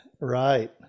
Right